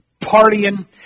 partying